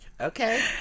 Okay